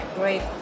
great